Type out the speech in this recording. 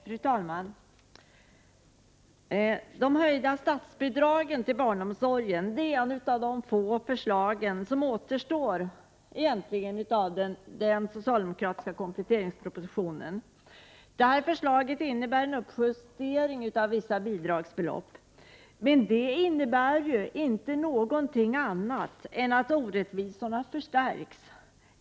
Fru talman! Höjningen av statsbidragen till barnomsorgen är egentligen ett av de få förslag som återstår av den socialdemokratiska kompletteringspropositionen. Detta förslag innebär en uppjustering av vissa bidragsbelopp. Men det innebär inte någonting annat än att orättvisorna förstärks.